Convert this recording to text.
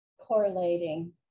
correlating